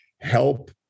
help